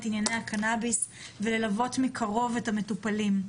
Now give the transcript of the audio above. ענייני הקנאביס וללוות מקרוב את המטופלים.